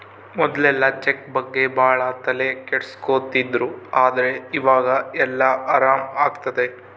ಮೊದ್ಲೆಲ್ಲ ಚೆಕ್ ಬಗ್ಗೆ ಭಾಳ ತಲೆ ಕೆಡ್ಸ್ಕೊತಿದ್ರು ಆದ್ರೆ ಈವಾಗ ಎಲ್ಲ ಆರಾಮ್ ಆಗ್ತದೆ